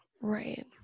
right